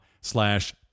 slash